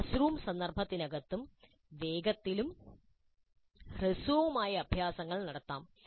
class room സന്ദർഭത്തിനകത്തും വേഗത്തിലും ഹ്രസ്വവുമായ അഭ്യാസങ്ങൾ നടത്താം